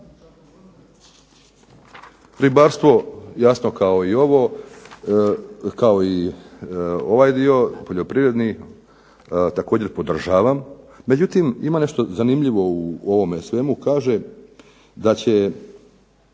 Ribarstvo, jasno kao i ovaj dio poljoprivredni, također podržavam. Međutim, ima nešto zanimljivo u ovome svemu. Kaže da je,